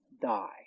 die